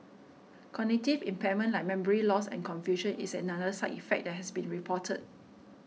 cognitive impairment like memory loss and confusion is another side effect that has been reported